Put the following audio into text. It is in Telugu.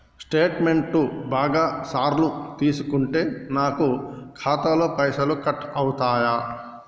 స్టేట్మెంటు బాగా సార్లు తీసుకుంటే నాకు ఖాతాలో పైసలు కట్ అవుతయా?